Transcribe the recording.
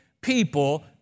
people